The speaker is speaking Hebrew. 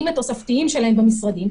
בתקנים התוספתיים שלהם במשרדים,